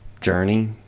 Journey